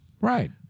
Right